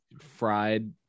fried